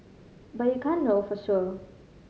but you can't know for sure